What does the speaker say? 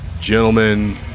Gentlemen